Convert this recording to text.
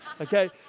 okay